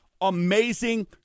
amazing